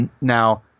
now